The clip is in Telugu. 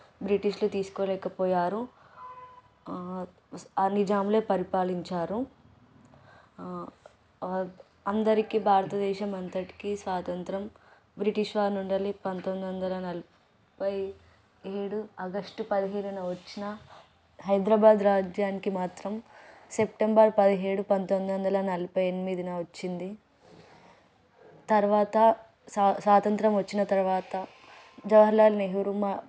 బ్రిటిష్లు తీసుకోలేకపోయారు ఆ నిజాములే పరిపాలించారు అందరికీ భారతదేశం అంతటికి స్వాతంత్రం బ్రిటిష్ వారు నుండెళ్ళి పంతొమ్మిది వందల నలభై ఏడు ఆగస్టు పదిహేడు వచ్చిన హైదరాబాద్ రాజ్యానికి మాత్రం సెప్టెంబర్ పదిహేడు పంతొమ్మిది వందల నలభై ఎనిమిదిన వచ్చింది తర్వాత స్వా స్వాతంత్రం వచ్చిన తర్వాత జవహర్లాల్ నెహ్రూ మా